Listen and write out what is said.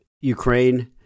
Ukraine